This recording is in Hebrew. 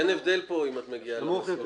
אז אין הבדל אם את מגיעה --- רגע,